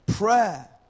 Prayer